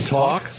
talk